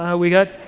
ah we got,